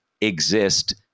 Exist